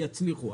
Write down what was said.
יצליחו,